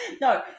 No